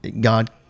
God